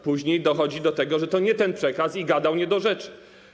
Później dochodzi do tego, że to nie ten przekaz i gadał nie do rzeczy.